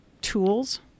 tools